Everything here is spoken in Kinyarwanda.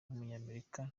w’umunyamerika